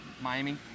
Miami